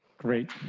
great.